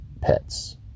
pets